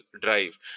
drive